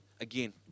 again